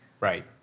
Right